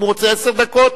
אם הוא רוצה עשר דקות,